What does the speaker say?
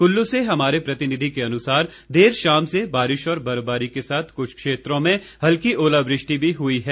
कुल्लू से हमारे प्रतिनिधि के अनुसार देर शाम से बारिश और बर्फबारी के साथ कुछ क्षेत्रों में हल्की ओलावृष्टि भी हुई है